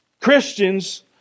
Christians